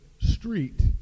street